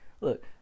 Look